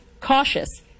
cautious